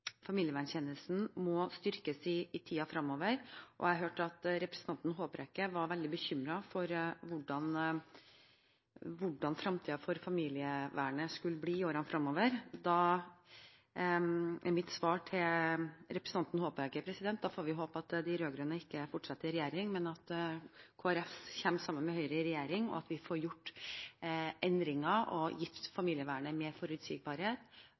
familieverntjenesten må styrkes i tiden fremover. Jeg hørte at representanten Håbrekke var veldig bekymret for hvordan situasjonen for familievernet skulle bli i årene fremover. Da er mitt svar til representanten Håbrekke at vi får håpe at de rød-grønne ikke fortsetter i regjering, men at Kristelig Folkeparti kommer sammen med Høyre i regjering, og at vi får gjort endringer som gir familievernet mer forutsigbarhet